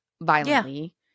violently